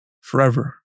forever